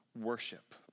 worship